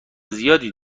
زیادی